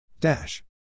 Dash